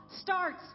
starts